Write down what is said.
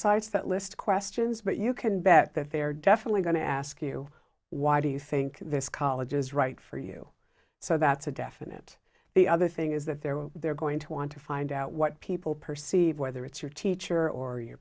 websites that list questions but you can bet that they're definitely going to ask you why do you think this college is right for you so that's a definite the other thing is that there are they're going to want to find out what people perceive whether it's your teacher or your